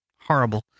Horrible